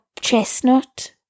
chestnut